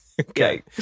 Okay